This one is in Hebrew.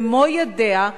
במו ידיה,